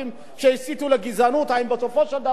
האם בסופו של דבר עמדו לדין.